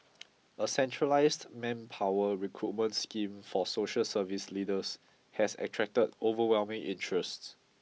a centralised manpower recruitment scheme for social service leaders has attracted overwhelming interest